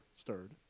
stirred